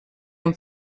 amb